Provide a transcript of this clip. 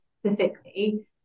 specifically